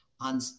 on